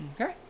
Okay